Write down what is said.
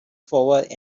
forward